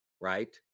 right